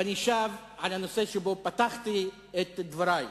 ואני שב לנושא שבו פתחתי את דברי: